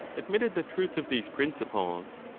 admitted the truth of these principles,